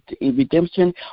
redemption